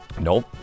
Nope